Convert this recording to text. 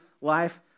life